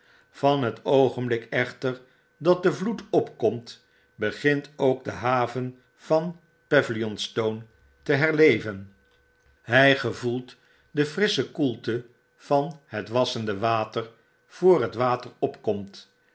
van het oogenblik echter dat de vloed opkomt begint ook de haven van pavilionstone te herleven hg gevoelt de frissche koelte van het wassende water voor het water opkomt